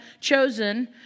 chosen